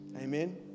Amen